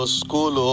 school